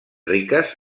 riques